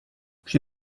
she